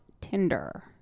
Tinder